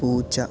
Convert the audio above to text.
പൂച്ച